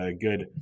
Good